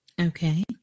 okay